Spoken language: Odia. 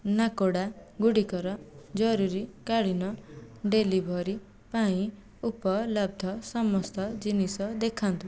ନାକୋଡ଼ା ଗୁଡ଼ିକର ଜରୁରୀକାଳୀନ ଡେଲିଭରି ପାଇଁ ଉପଲବ୍ଧ ସମସ୍ତ ଜିନିଷ ଦେଖାନ୍ତୁ